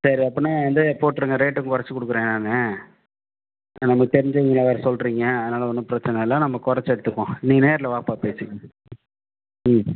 சரி அப்போனா இது போட்டுருங்க ரேட்டும் குறைச்சி கொடுக்குறேன் நான் நமக்கு தெரிஞ்சவங்க வேறு சொல்லுறீங்க அதனால் ஒன்றும் பிரச்சனை இல்லை நம்ம குறைச்சி எடுத்துப்போம் நீங்கள் நேரில் வாப்பா பேசிக்குவோம் ம்